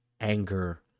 anger